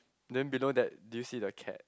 then below that do you see the cat